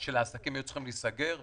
של העסקים היו צריכים להיסגר וכו'